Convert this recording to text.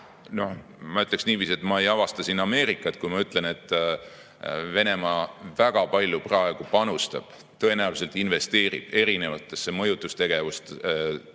ma ütleksin niiviisi, et ma ei avasta siin Ameerikat, kui ma ütlen, et Venemaa väga palju praegu panustab, tõenäoliselt investeerib erinevatesse mõjutustegevustesse